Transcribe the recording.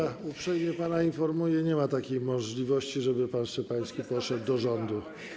Panie pośle, uprzejmie pana informuję - nie ma takiej możliwości, żeby pan Szczepański poszedł do rządu.